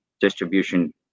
distribution